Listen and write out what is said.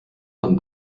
von